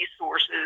resources